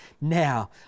Now